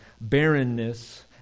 barrenness